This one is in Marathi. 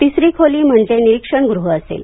तिसरी खोली म्हणजे निरक्षणगृह असेल